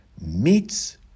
meets